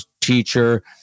teacher